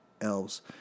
elves